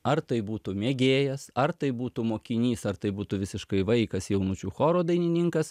ar tai būtų mėgėjas ar tai būtų mokinys ar tai būtų visiškai vaikas jaunučių choro dainininkas